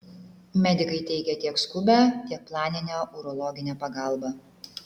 medikai teikia tiek skubią tiek planinę urologinę pagalbą